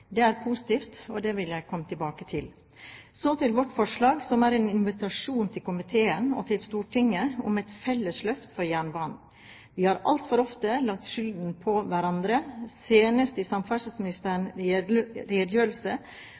Det er positivt, og det vil jeg komme tilbake til. Så til vårt forslag, som er en invitasjon til komiteen og til Stortinget om et felles løft for jernbanen. Vi har altfor ofte lagt skylden på hverandre. Senest i samferdselsministerens redegjørelse